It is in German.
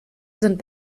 sind